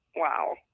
Wow